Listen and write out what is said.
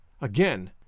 Again